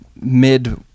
mid